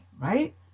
right